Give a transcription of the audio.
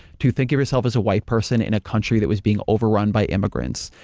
to think of yourself as a white person in a country that was being overrun by immigrants,